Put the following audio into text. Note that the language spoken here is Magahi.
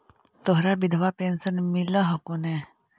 तोहरा विधवा पेन्शन मिलहको ने?